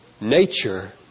Nature